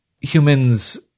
humans